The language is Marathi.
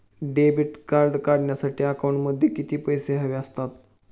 डेबिट कार्ड काढण्यासाठी अकाउंटमध्ये किती पैसे हवे असतात?